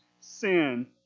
sin